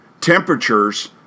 temperatures